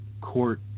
court